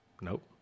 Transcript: Nope